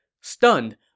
Stunned